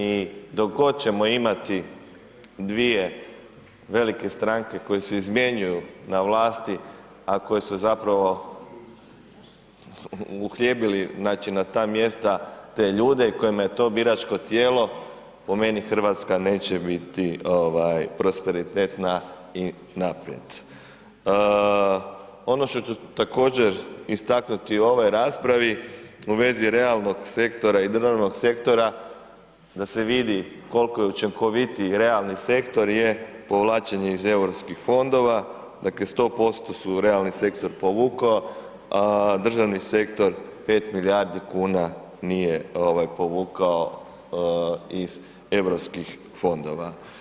I dok god ćemo imati dvije velike stranke koje se izmjenjuju na vlasti a koje su zapravo uhljebili znači na ta mjesta te ljude i kojima je to biračko tijelo, po meni Hrvatska neće biti prosperitetna i ... Ono što ću također istaknuti u ovoj raspravi, u vezi realnog sektora i državnog sektora, da se vidi koliko je učinkovitiji i realni sektor je povlačenje iz europskih fondova, dakle 100% su realni sektor povukao a državni sektor 5 milijardi kuna nije povukao iz europskih fondova.